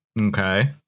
Okay